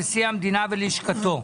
נשיא המדינה ולשכתו.